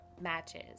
matches